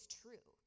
true